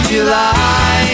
July